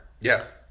Yes